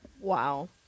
Wow